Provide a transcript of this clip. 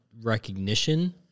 recognition –